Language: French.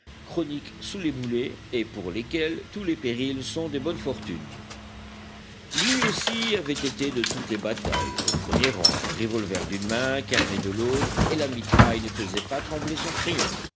chroniquent sous les boulets et pour lesquels tous les périls sont des bonnes fortunes lui aussi avait été de toutes les batailles au premier rang revolver d'une main carnet de l'autre et la mitraille ne faisait pas trembler son crayon